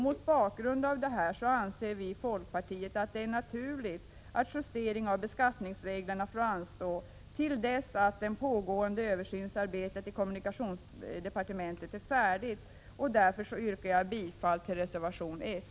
Mot bakgrund av detta anser vi i folkpartiet att det är naturligt att justering av beskattningsreglerna får anstå till dess att det pågående översynsarbetet i kommunikationsdepartementet är färdigt. Därför yrkar jag bifall till reservation 1.